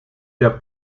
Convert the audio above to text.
der